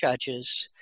judges